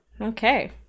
okay